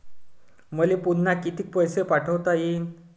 मले पुन्हा कितीक पैसे ठेवता येईन?